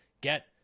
get –